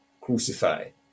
crucified